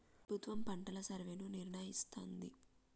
ప్రభుత్వం పంటల సర్వేను నిర్వహిస్తానంది